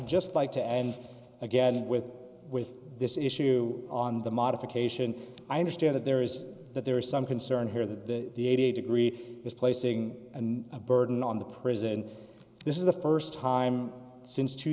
just like to end again with with this issue on the modification i understand that there is that there is some concern here that the eighty degree is placing a burden on the president this is the first time since two